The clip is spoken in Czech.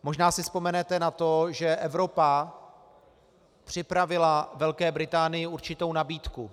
Možná si vzpomenete na to, že Evropa připravila Velké Británii určitou nabídku.